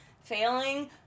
failing